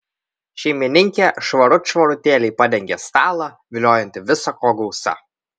šeimininkė švarut švarutėliai padengė stalą viliojantį visa ko gausa